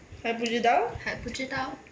还不知道